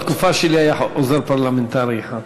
בתקופה שלי היה עוזר פרלמנטרי אחד.